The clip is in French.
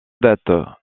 date